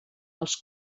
els